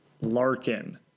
Larkin